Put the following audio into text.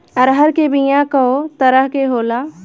अरहर के बिया कौ तरह के होला?